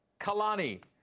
Kalani